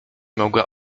mogła